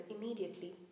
immediately